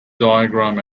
diagram